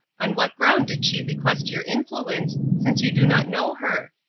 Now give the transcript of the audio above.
on what ground did she request your influence, since you do not know her?